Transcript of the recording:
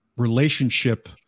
relationship